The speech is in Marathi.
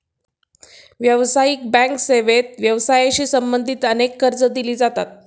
व्यावसायिक बँक सेवेत व्यवसायाशी संबंधित अनेक कर्जे दिली जातात